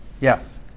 Yes